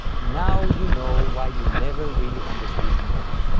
now you know why you never really understood modes.